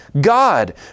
God